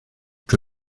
que